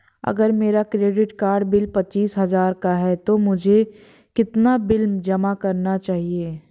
अगर मेरा credit card bill पच्चीस हजार का है तो मुझे कितना बिल जमा करना चाहिए?